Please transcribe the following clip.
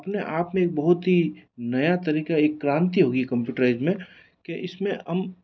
अपने आप में एक बहुत ही नया तरीका एक क्रांति होगी कंप्यूटराइज में के इसमें हम जो